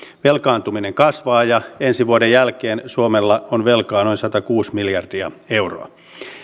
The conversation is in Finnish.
velkaantuminen kasvaa ja ensi vuoden jälkeen suomella on velkaa noin satakuusi miljardia euroa